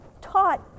taught